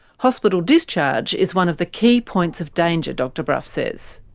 hospital discharge is one of the key points of danger, dr brough says.